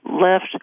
left